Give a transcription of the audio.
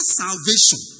salvation